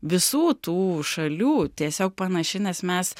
visų tų šalių tiesiog panaši nes mes